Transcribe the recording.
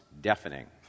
deafening